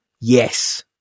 yes